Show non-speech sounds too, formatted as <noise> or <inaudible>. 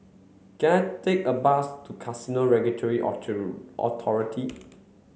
can I take a bus to Casino Regulatory <unintelligible> Authority